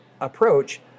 approach